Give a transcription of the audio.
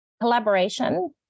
Collaboration